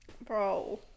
Bro